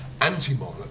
anti-monarch